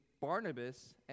Barnabas